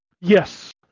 Yes